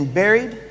buried